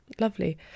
lovely